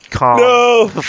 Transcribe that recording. No